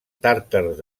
tàtars